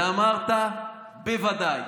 ואמרת: בוודאי.